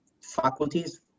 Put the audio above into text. faculties